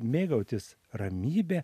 mėgautis ramybe